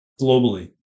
globally